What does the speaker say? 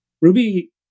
Ruby